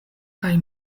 kaj